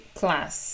class